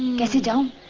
get you know